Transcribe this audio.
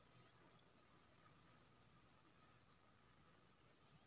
sheep shearing मे भेराक उनी चाम काटल जाइ छै